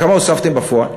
כמה הוספתם בפועל?